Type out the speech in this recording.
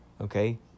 Okay